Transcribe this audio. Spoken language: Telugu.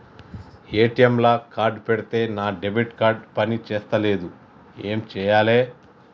ఏ.టి.ఎమ్ లా కార్డ్ పెడితే నా డెబిట్ కార్డ్ పని చేస్తలేదు ఏం చేయాలే?